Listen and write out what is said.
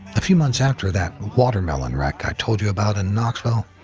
a few months after that watermelon wreck i told you about in knoxville,